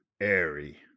Airy